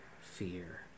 fear